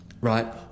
right